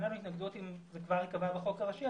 אין לנו התנגדות אם זה כבר יקבע בחוק הראשי,